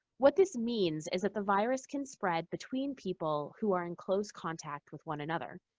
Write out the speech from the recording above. what this means is that the virus can spread between people who are in close contact with one another.